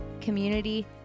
community